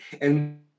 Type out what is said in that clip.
and-